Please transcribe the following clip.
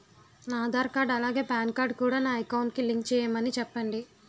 నా ఆధార్ కార్డ్ అలాగే PAN card కూడా నా అకౌంట్ కి లింక్ చేయమని చెప్పండి